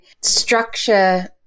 structure